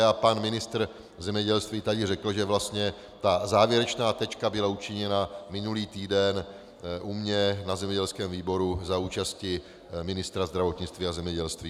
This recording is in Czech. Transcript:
A pan ministr zemědělství tady řekl, že vlastně závěrečná tečka byla učiněna minulý týden u mě na zemědělském výboru za účasti ministra zdravotnictví a zemědělství.